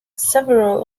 several